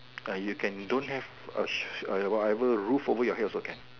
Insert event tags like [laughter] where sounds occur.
uh you can don't have a [noise] whatever roof over your head also can